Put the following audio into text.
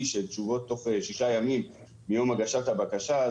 של תשובות תוך שישה ימים מיום הגשת הבקשה.